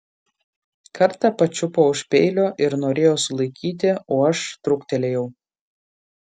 kartą pačiupo už peilio ir norėjo sulaikyti o aš truktelėjau